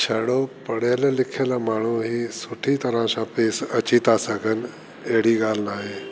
छड़ो पढ़ियल लिखियल माण्हू ई सुठी तरह सां पेश अची था सघनि अहिड़ी ॻाल्हि न आहे